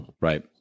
right